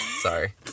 sorry